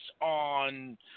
on